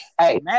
Hey